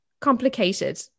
complicated